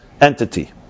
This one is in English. entity